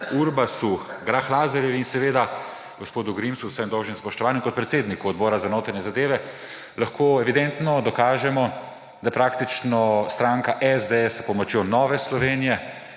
Urbasu, Grah Lazarjevi in seveda gospodu Grimsu, z vsem dolžnim spoštovanjem, kot predsedniku Odbora za notranje zadeve, lahko evidentno dokažemo, da praktično stranka SDS s pomočjo Nove Slovenije,